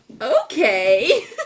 Okay